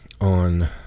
On